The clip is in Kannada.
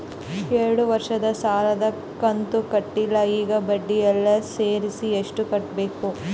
ಎರಡು ವರ್ಷದ ಸಾಲದ ಕಂತು ಕಟ್ಟಿಲ ಈಗ ಬಡ್ಡಿ ಎಲ್ಲಾ ಸೇರಿಸಿ ಎಷ್ಟ ಕಟ್ಟಬೇಕು?